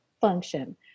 function